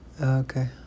Okay